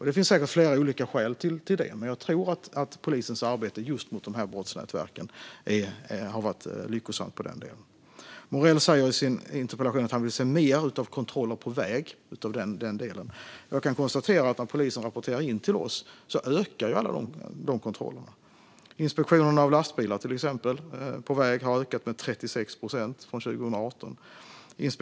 Det finns säkert flera olika skäl till det, men jag tror att polisens arbete just mot de här brottsnätverken har varit lyckosamt i den delen. Morell säger i sin interpellation att han vill se mer kontroller på väg. Jag kan konstatera att polisen rapporterar in till oss att alla dessa kontroller ökar. Till exempel har inspektionen av lastbilar på väg ökat med 36 procent från 2018.